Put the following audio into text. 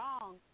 wrong